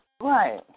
Right